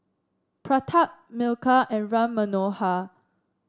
Pratap Milkha and Ram Manohar